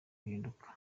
guhinduka